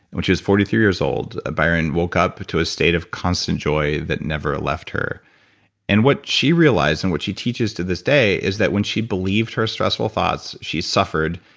which is forty three years old, ah byron woke up to a state of constant joy that never left her and what she realized, and what she teaches to this day is that when she believed her stressful thoughts, she suffered,